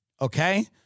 okay